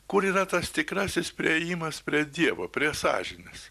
kur yra tas tikrasis priėjimas prie dievo prie sąžinės